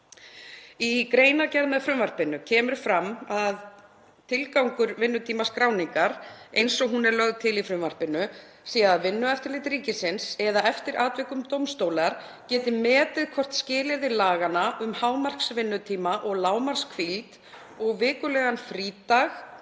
Í greinargerð með frumvarpinu kemur fram að tilgangur vinnutímaskráningar, eins og hún er lögð til í frumvarpinu, sé að Vinnueftirlit ríkisins, eða eftir atvikum dómstólar, geti metið hvort skilyrði laganna um hámarksvinnutíma og lágmarkshvíld og vikulegan frídag